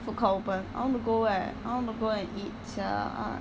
food court open I want to go eh I want to go and eat sia err